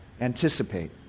anticipate